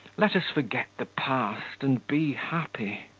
let us forget the past and be happy